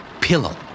Pillow